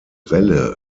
welle